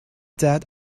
that